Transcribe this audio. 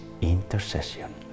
intercession